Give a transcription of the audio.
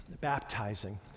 baptizing